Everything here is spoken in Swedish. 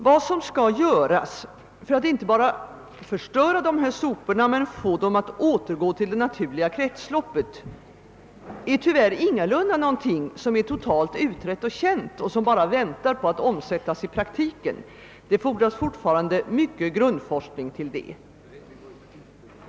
Vad som skall göras för att inte bara förstöra dessa sopor utan också få dem att återgå till det naturliga kretsloppet är tyvärr inte utrett, inte någonting som är känt och bara väntar på att omsätttas i praktiken. Det fordras fortfarande mycken grundforskning för det.